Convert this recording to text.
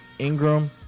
Ingram